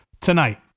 Tonight